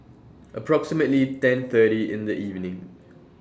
approximately ten thirty in The evening